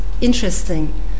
interesting